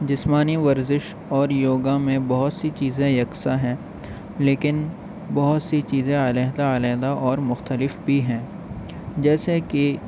جسمانی ورزش اور یوگا میں بہت سی چیزیں یکساں ہیں لیکن بہت سی چیزیں علیحدہ علیحدہ اور مختلف بھی ہیں جیسے کہ